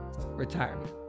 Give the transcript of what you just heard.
retirement